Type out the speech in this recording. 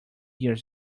years